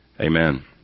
amen